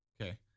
Okay